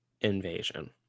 invasion